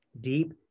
deep